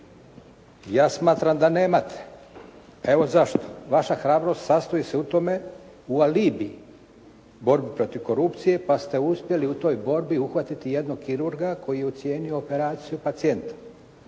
Ja smatram da nemate. Evo zašto. Vaša hrabrost sastoji se u tome, u alibi borbe protiv korupcije, pa ste uspjeli u toj borbi uhvatiti jednog kirurga koji je ucijenio operaciju pacijenta.